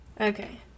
Okay